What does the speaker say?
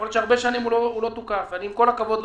יכול להיות שהרבה שנים הוא לא תוקף ועם כל הכבוד,